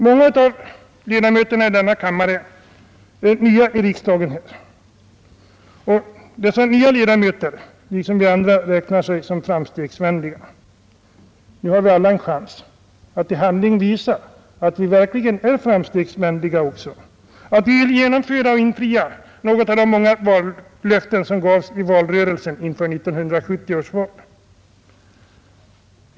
Många av ledamöterna är nya i riksdagen, och de liksom vi äldre räknar sig som framstegsvänliga. Nu har vi alla en chans att i handling visa att vi verkligen är framstegsvänliga, att vi vill infria något av de många löften som gavs i valrörelsen inför 1970 års val.